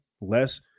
Less